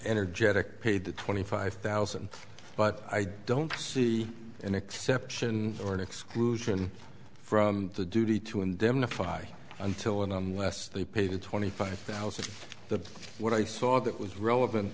energetic paid the twenty five thousand but i don't see an exception or an exclusion from the duty to indemnify until and unless they pay the twenty five thousand the what i saw that was relevant